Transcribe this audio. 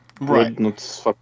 Right